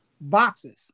Boxes